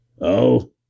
Oh